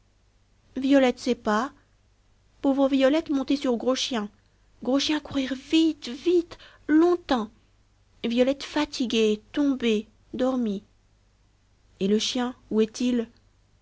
sait pas pauvre violette montée sur gros chien gros chien courir vite vite longtemps violette fatiguée tombée dormi et le chien où est-il